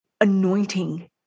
anointing